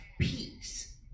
peace